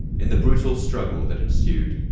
in the brutal struggle that ensued,